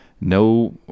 no